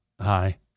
Hi